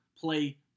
play